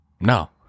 no